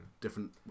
different